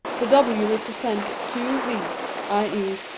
the w represents two v's, i e,